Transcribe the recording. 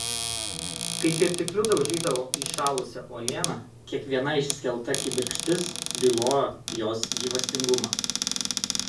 kai kirtikliu daužydavo įšalusią uolieną kiekviena išskelta kibirkštis bylojo jos gyvastingumą